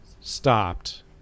stopped